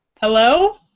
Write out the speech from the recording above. hello